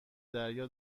دریا